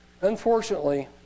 Unfortunately